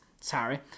sorry